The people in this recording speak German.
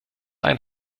ein